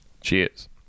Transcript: Cheers